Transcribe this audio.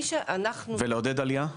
ולעודד עלייה?